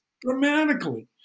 dramatically